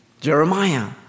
Jeremiah